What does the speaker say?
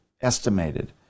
estimated